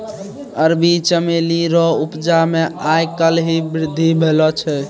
अरबी चमेली रो उपजा मे आय काल्हि वृद्धि भेलो छै